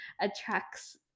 attracts